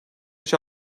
yaş